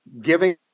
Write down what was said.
giving